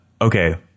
Okay